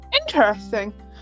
Interesting